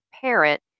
parent